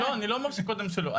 אני לא אמרתי קודם שלא.